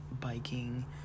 biking